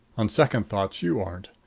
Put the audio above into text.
on second thoughts, you aren't.